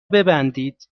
ببندید